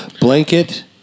blanket